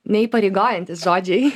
neįpareigojantys žodžiai